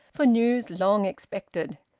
for news long expected.